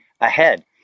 ahead